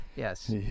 Yes